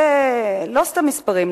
זה לא סתם מספרים,